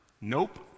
Nope